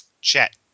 Chet